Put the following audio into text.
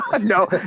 no